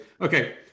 Okay